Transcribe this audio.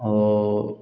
और